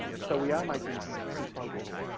so we are making some progress.